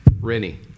Rennie